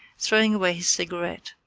throwing away his cigarette.